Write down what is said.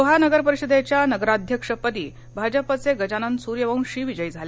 लोहा नगर परिषदेच्या नगराध्यक्षपदी भाजपचे गजानन सूर्यवंशी विजयी झाले